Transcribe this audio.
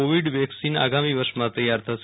Covid vaccine આગામી વર્ષમાં તૈયાર થશે